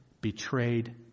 betrayed